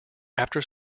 after